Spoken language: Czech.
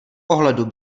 ohledu